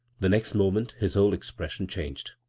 the next moment his whole expression changed.